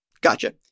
Gotcha